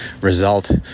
result